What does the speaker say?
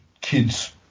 kids